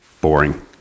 Boring